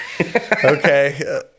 okay